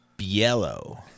Yellow